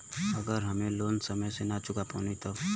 अगर हम लोन समय से ना चुका पैनी तब?